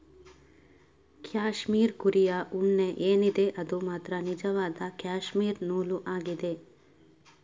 cashmere ಕುರಿಯ ಉಣ್ಣೆ ಏನಿದೆ ಅದು ಮಾತ್ರ ನಿಜವಾದ ಕ್ಯಾಶ್ಮೀರ್ ನೂಲು ಆಗಿದೆ